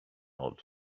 old